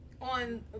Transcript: On